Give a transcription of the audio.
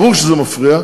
ברור שזה מפריע,